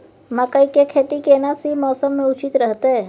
मकई के खेती केना सी मौसम मे उचित रहतय?